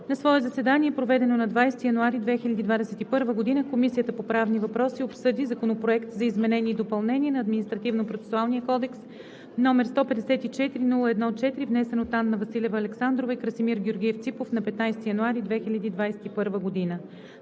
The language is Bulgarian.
На свое заседание, проведено на 20 януари 2021 г., Комисията по правни въпроси обсъди Законопроект за изменение и допълнение на Административнопроцесуалния кодекс, № 154-01-4, внесен от народните представители Анна Василева Александрова и Красимир Георгиев Ципов на 15 януари 2021 г.